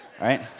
Right